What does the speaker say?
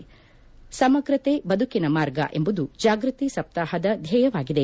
ಸಮಗ್ರತೆ ಬದುಕಿನ ಮಾರ್ಗ ಎಂಬುದು ಜಾಗೃತಿ ಸಪ್ತಾಹದ ಧ್ವೇಯವಾಗಿದೆ